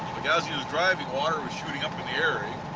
like, as he was driving, water was shooting up in the air, ah.